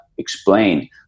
explain